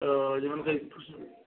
یِمن گژھِ پرٕٛژھُن